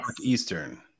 Eastern